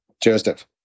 Joseph